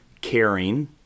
caring